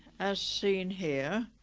as seen here,